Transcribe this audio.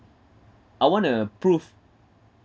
I want to prove